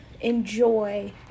enjoy